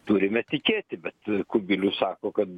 turime tikėti bet kubilius sako kad